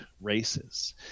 races